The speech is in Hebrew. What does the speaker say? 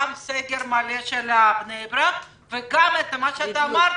גם סקר מלא של בני ברק וגם מה שאמרת?